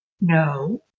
No